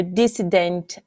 dissident